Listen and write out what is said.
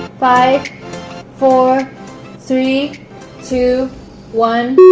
five four three two one